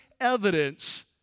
evidence